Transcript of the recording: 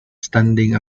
standing